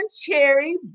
Cherry